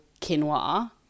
quinoa